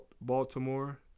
Baltimore